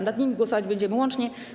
Nad nimi głosować będziemy łącznie.